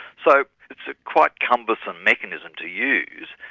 so it's a quite cumbersome mechanism to use,